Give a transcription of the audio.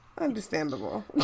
understandable